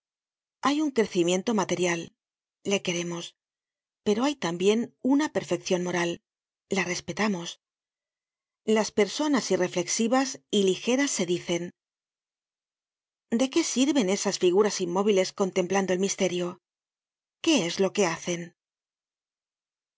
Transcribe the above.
hay un crecimiento material le queremos pero hay tambien una perfeccion moral la respetamos las personas irreflexivas y ligeras se dicen de qué sirven esas figuras inmóviles contemplando el misterio qué es lo que hacen ah